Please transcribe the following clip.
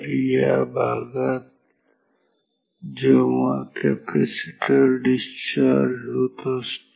तर या भागात जेव्हा कॅपॅसिटर डिस्चार्ज होत असते